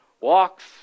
walks